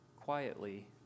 quietly